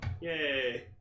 Yay